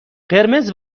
قرمز